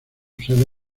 sede